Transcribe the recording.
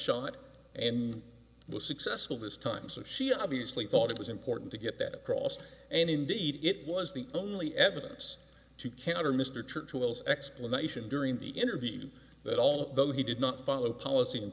shot and was successful this time so she obviously thought it was important to get that across and indeed it was the only evidence to counter mr churchill's explanation during the interview that although he did not follow policy and